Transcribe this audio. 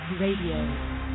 RADIO